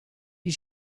you